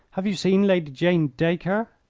have you seen lady jane dacre?